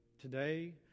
today